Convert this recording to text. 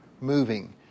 moving